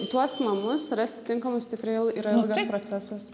tuos namus rasti tinkamus tikrai yra ilgas procesas